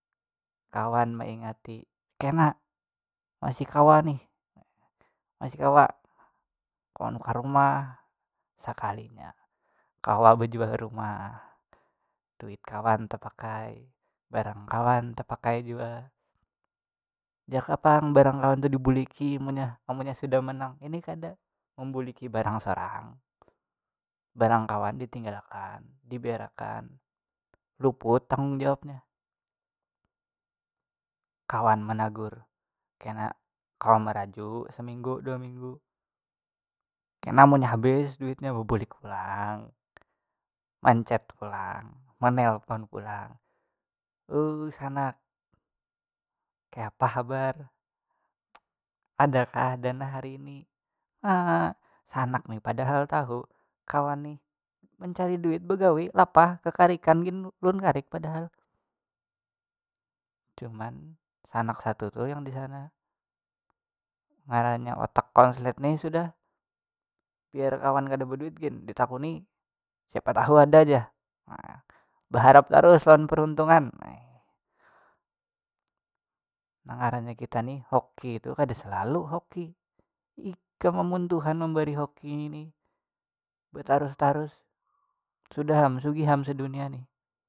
Kawan maingati kena masih kawa nih masih kawa kawa nukar rumah sakalinya kawa bajual rumah duit kawan tapakai barang kawan tapakai jua jaka pang barang kawan tu dibuliki amunnya amunnya sudah manang ngini kada membuliki barang sorang barang kawan ditinggal akan dibiar akan luput tanggung jawabnya kawan managur kena kawa meraju seminggu dua minggu, kena munnya habis duitnya bebulik pulang manchat pulang manelfon pulang, uuu- sanak kayapa habar adakah dana hari ini naaa- sanak ni padahal tahu kawan nih mencari duit begawi lapah kekarikan gin ulun karik padahal cuman sanak satu tu yang disana ngarannya otak konslet ni sudah biar kawan kada baduit gin ditakuni siapa tahu ada jar nah baharap tarus lawan peruntungan neh- nang ngarannya kita ni hoki tu kada selalu hoki ikam amun tuhan membari hoki betarus tarus sudah am sugih am sedunia nih.